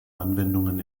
anwendungen